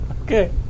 Okay